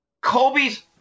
Kobe's